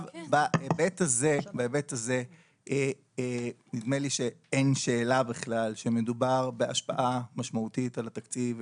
בהיבט הזה נדמה לי שאין שאלה בכלל שמדובר בהשפעה משמעותית על התקציב.